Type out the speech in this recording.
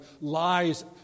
lies